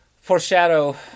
foreshadow